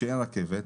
כשאין רכבת,